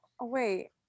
Wait